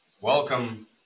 Welcome